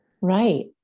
Right